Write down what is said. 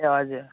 ए हजुर